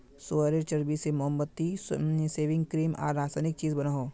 सुअरेर चर्बी से मोमबत्ती, सेविंग क्रीम आर रासायनिक चीज़ बनोह